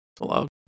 allowed